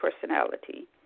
personality